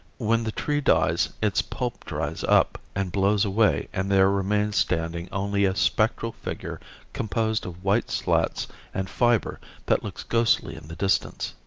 when the tree dies its pulp dries up and blows away and there remains standing only a spectral figure composed of white slats and fiber that looks ghostly in the distance.